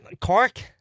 Cork